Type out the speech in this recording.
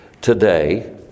today